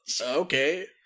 okay